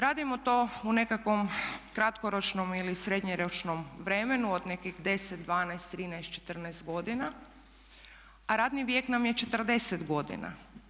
Radimo to u nekakvom kratkoročnom ili srednjoročnom vremenu od nekih 10, 12, 13, 14 godina, a radni vijek nam je 40 godina.